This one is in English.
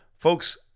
Folks